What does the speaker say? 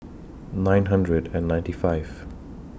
nine hundred and ninety five